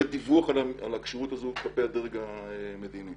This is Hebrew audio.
ודיווח על כשירות זו לדרג המדיני.